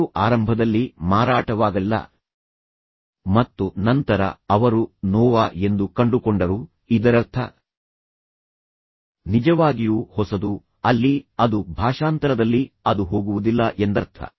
car ಆರಂಭದಲ್ಲಿ ಮಾರಾಟವಾಗಲಿಲ್ಲ ಮತ್ತು ನಂತರ ಅವರು ನೋವಾ ಎಂದು ಕಂಡುಕೊಂಡರು ಇದರರ್ಥ ನಿಜವಾಗಿಯೂ ಹೊಸದು ಅಲ್ಲಿ ಅದು ಭಾಷಾಂತರದಲ್ಲಿ ಅದು ಹೋಗುವುದಿಲ್ಲ ಎಂದರ್ಥ